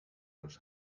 los